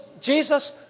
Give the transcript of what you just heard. Jesus